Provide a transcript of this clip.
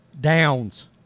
downs